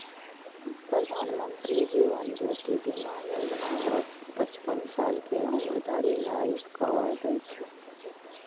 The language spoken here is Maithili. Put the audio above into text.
प्रधानमंत्री जीवन ज्योति बीमा योजना पचपन साल के उम्र धरि लाइफ कवर दै छै